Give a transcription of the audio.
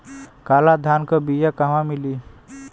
काला धान क बिया कहवा मिली?